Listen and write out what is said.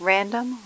Random